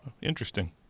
Interesting